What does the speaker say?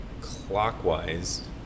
clockwise